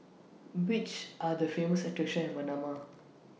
Which Are The Famous attractions in Manama